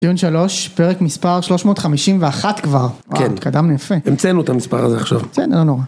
דיון שלוש, פרק מספר 351 כבר, וואו, התקדמנו יפה. המצאנו את המספר הזה עכשיו. זה לא נורא.